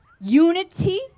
Unity